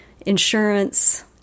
insurance